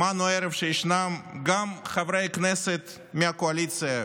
שמענו הערב שישנם גם חברי כנסת מהקואליציה,